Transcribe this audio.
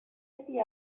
city